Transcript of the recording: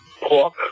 pork